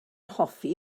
hoffi